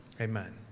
amen